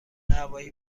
هوایی